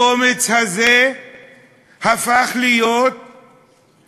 הקומץ הזה הפך להיות רוב,